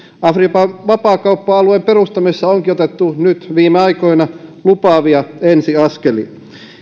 afrikan vapaakauppa alueen perustamisessa onkin otettu nyt viime aikoina lupaavia ensiaskelia